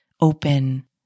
open